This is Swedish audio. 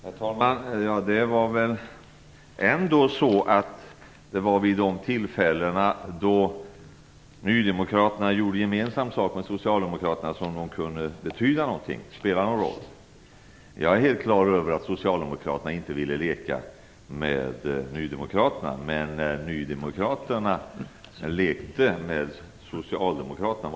Herr talman! Det var väl ändå så att det var vid de tillfällena då nydemokraterna gjorde gemensam sak med socialdemokraterna som nydemokraterna spelade någon roll. Jag är helt klar över att socialdemokraterna inte ville leka med nydemokraterna, men nydemokraterna lekte med socialdemokraterna.